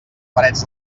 parets